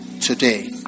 today